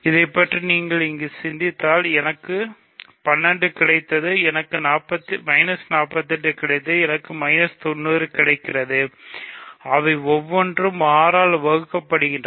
இதைப் பற்றி நீங்கள் இங்கு சிந்தித்தால் எனக்கு 12 கிடைக்கிறது எனக்கு 48 கிடைக்கிறது எனக்கு 90 கிடைக்கிறது அவை ஒவ்வொன்றும் 6 ஆல் வகுக்கப்படுகின்றன